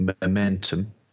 momentum